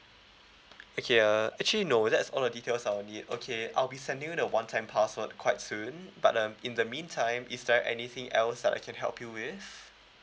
okay uh actually no that's all the details I'll need okay I'll be sending you the one-time password quite soon but um in the meantime is there anything else that I can help you with